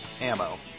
ammo